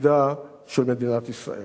עתידה של מדינת ישראל.